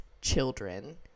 children